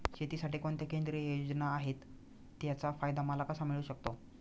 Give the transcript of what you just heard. शेतीसाठी कोणत्या केंद्रिय योजना आहेत, त्याचा फायदा मला कसा मिळू शकतो?